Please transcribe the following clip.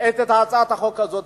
את הצעת החוק הזאת.